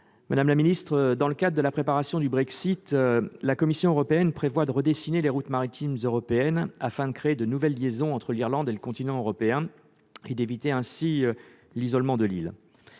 Madame la secrétaire d'État, dans le cadre de la préparation du Brexit, la Commission européenne prévoit de redessiner les routes maritimes européennes, afin de créer de nouvelles liaisons entre l'Irlande et le continent européen et d'éviter ainsi l'isolement de l'île.